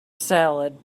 salad